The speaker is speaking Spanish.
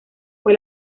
fue